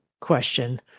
question